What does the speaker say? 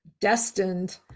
destined